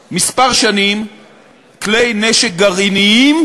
כמה שנים כלי נשק גרעיניים,